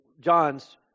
John's